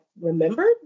remembered